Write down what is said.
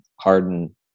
Harden